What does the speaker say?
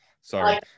Sorry